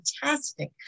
fantastic